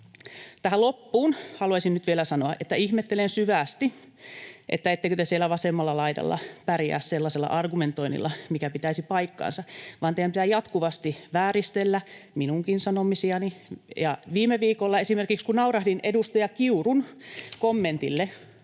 Tähän loppuun haluaisin nyt vielä sanoa, että ihmettelen syvästi, että ettekö te siellä vasemmalla laidalla pärjää sellaisella argumentoinnilla, mikä pitäisi paikkansa, kun teidän pitää jatkuvasti vääristellä, minunkin sanomisiani. Viime viikolla esimerkiksi, kun naurahdin edustaja Kiurun kommentille